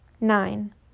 Nine